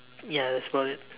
ya that's about it